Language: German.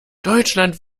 deutschland